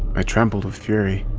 i trembled with fury,